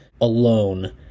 alone